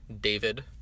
David